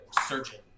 surgeon